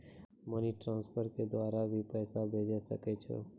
Money transfer के द्वारा भी पैसा भेजै सकै छौ?